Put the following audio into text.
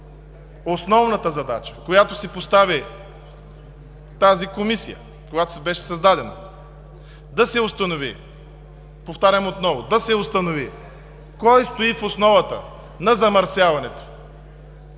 Основната задача, която си постави тази Комисия, когато беше създадена, да се установи, повтарям отново, да се установи кой стои в основата на замърсяването